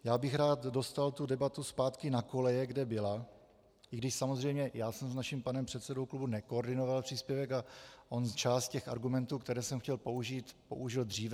Já bych rád dostal tu debatu zpátky na koleje, kde byla, i když samozřejmě já jsem s naším panem předsedou klubu nekoordinoval příspěvek a on část těch argumentů, které jsem chtěl použít, použil dříve.